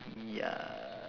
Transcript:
ya